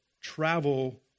travel